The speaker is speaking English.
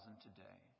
today